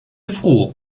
froh